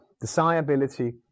desirability